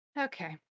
Okay